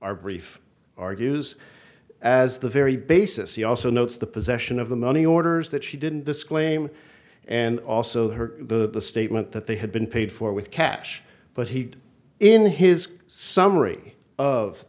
our brief argues as the very basis she also notes the possession of the money orders that she didn't disclaim and also her the statement that they had been paid for with cash but he in his summary of